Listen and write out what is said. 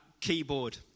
keyboard